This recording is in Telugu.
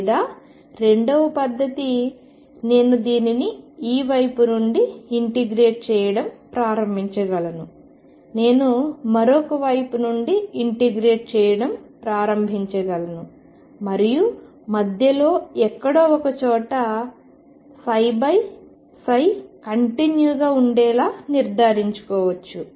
లేదా రెండవ పద్ధతి నేను దీనిని ఈ వైపు నుండి ఇంటిగ్రేట్ చేయడం ప్రారంభించగలను నేను మరొక వైపు నుండి ఇంటిగ్రేట్ చేయడం ప్రారంభించగలను మరియు మధ్యలో ఎక్కడో ఒకచోట కంటిన్యూగా ఉండేలా నిర్ధారించుకోవచ్చు